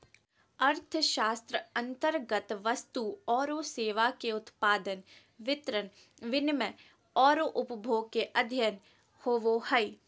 अर्थशास्त्र अन्तर्गत वस्तु औरो सेवा के उत्पादन, वितरण, विनिमय औरो उपभोग के अध्ययन होवो हइ